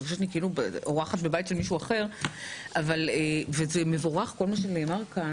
אני מרגישה כאורחת בבית של מישהו אחר וכל מה שנאמר פה הוא מבורך.